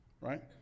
right